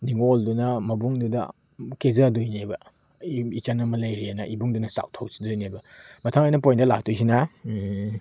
ꯅꯤꯡꯉꯣꯜꯗꯨꯅ ꯃꯕꯨꯡꯗꯨꯗ ꯀꯦꯖꯗꯣꯏꯅꯦꯕ ꯏꯆꯜ ꯑꯃ ꯂꯩꯔꯦꯅ ꯏꯕꯨꯡꯗꯨꯅ ꯆꯥꯎꯊꯣꯛꯆꯗꯣꯏꯅꯦꯕ ꯃꯊꯪ ꯑꯩꯅ ꯄꯣꯏꯟꯗ ꯂꯥꯛꯇꯣꯏꯁꯤꯅ